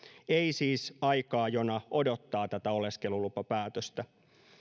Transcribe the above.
ei siis aikaa jona odottaa tätä oleskelulupapäätöstä